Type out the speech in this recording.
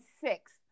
six